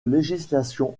législation